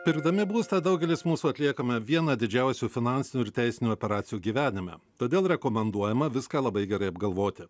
pirkdami būstą daugelis mūsų atliekame vieną didžiausių finansinių ir teisinių operacijų gyvenime todėl rekomenduojama viską labai gerai apgalvoti